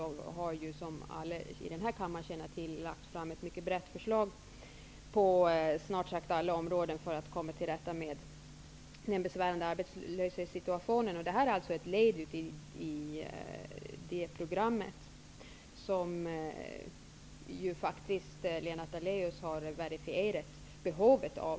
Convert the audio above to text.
Vi har, vilket alla i den här kammaren känner till, lagt fram ett mycket brett förslag på snart sagt alla områden för att komma till rätta med den besvärande arbetslöshetssituationen. Detta är ett led i det programmet, vilket faktiskt Lennart Daléus dessutom har verifierat behovet av.